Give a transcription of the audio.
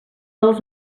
els